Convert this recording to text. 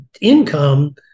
income